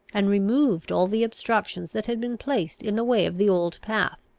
and removed all the obstructions that had been placed in the way of the old path,